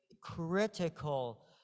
critical